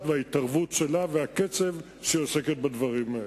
וההתערבות שלה והקצב שבו היא עוסקת בדברים האלה.